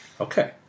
Okay